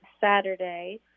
Saturday